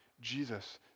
Jesus